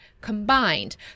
combined